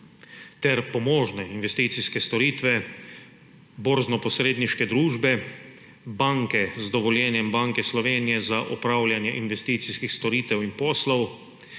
ter pomožne investicijske storitve borznoposredniške družbe, banke z dovoljenjem Banke Slovenije za opravljanje investicijskih storitev in poslov,